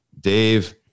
Dave